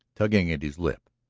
tugging at his lip,